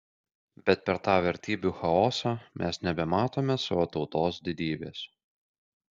bet per tą vertybių chaosą mes nebematome savo tautos didybės